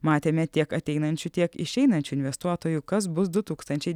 matėme tiek ateinančių tiek išeinančių investuotojų kas bus du tūkstančiai